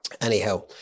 Anyhow